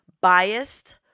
biased